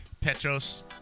Petros